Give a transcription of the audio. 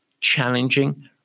Challenging